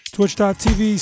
Twitch.tv